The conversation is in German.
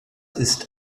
ist